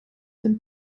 dem